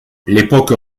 l’époque